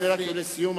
לסיום,